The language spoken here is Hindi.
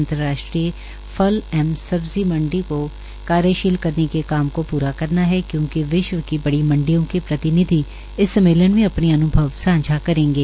अंतर्राष्ट्रीय फल एवं सब्जी मंडी को कार्यशील के काम को पूरा करना है क्योकि विश्व की बड़ी मंडियो के प्रतिनिधि इस सम्मेलन में अपने अन्भव सांझा करेंगे